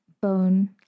bone